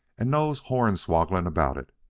and no hornswogglin about it!